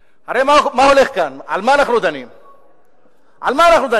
המליאה.) הפוסל במומו פוסל.